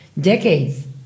decades